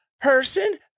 person